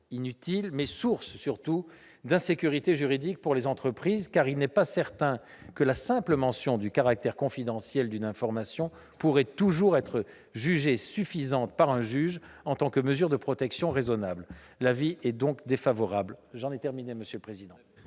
inutile, mais aussi source d'insécurité juridique pour les entreprises. Il n'est pas certain que la simple mention du caractère confidentiel d'une information pourrait toujours être jugée suffisante par un juge en tant que mesure de protection raisonnable. La commission a donc émis un avis